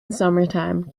summertime